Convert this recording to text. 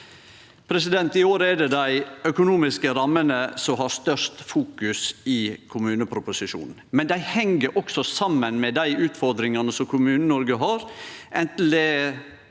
I år er det dei økonomiske rammene som har størst fokus i kommuneproposisjonen, men dei heng saman med dei utfordringane Kommune-Noreg har,